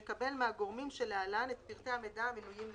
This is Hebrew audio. יקבל מהגורמים שלהלן את פרטי המידע המנויים לצדם: